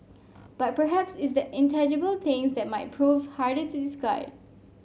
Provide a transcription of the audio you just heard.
but perhaps it's the intangible things that might prove harder to discard